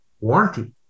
Warranty